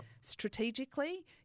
Strategically